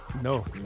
No